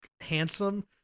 handsome